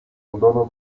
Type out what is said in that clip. abandono